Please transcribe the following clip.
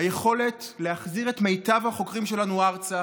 היכולת להחזיר את מיטב החוקרים שלנו ארצה